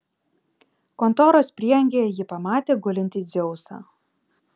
kontoros prieangyje ji pamatė gulintį dzeusą